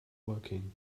working